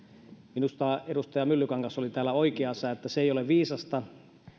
minusta edustaja myllykoski oli täällä oikeassa se ei ole viisasta